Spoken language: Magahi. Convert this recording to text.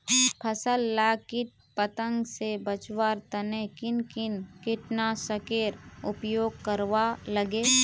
फसल लाक किट पतंग से बचवार तने किन किन कीटनाशकेर उपयोग करवार लगे?